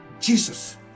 Jesus